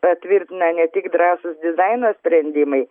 patvirtina ne tik drąsūs dizaino sprendimai